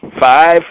five